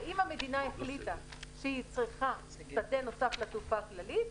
אם המדינה החליטה שהיא צריכה שדה נוסף לתעופה הכללית,